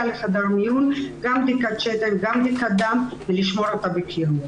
לחדר מיון גם בדיקת שתן וגם בדיקת דם ולשמור אותן בקירור.